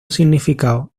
significado